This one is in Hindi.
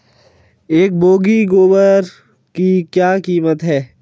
एक बोगी गोबर की क्या कीमत है?